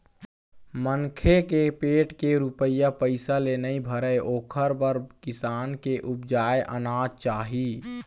मनखे के पेट के रूपिया पइसा ले नइ भरय ओखर बर किसान के उपजाए अनाज चाही